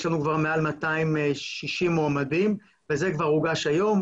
יש לנו כבר מעל 260 מועמדים וזה כבר הוגש היום.